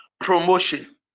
promotion